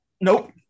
Nope